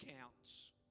counts